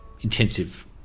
intensive